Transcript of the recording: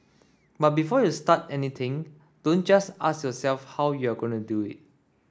but before you start anything don't just ask yourself how you're going to do it